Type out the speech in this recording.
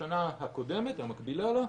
בשנה הקודמת והמקבילה לה,